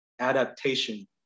adaptation